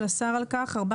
על אף